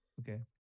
okay